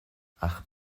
ach